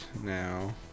now